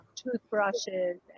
toothbrushes